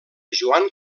joan